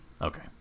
Okay